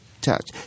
touch